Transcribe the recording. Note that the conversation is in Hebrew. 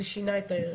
זה שינה את האירוע.